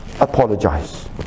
Apologize